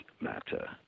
matter